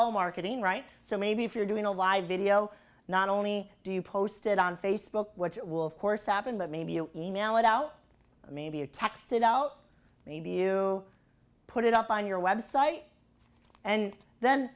all marketing right so maybe if you're doing a live video not only do you posted on facebook which will of course happen but maybe you e mail it out maybe or text it out maybe you put it up on your website and then